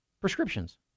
prescriptions